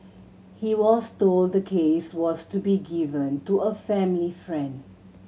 he was told the case was to be given to a family friend